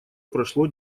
прошло